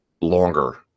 longer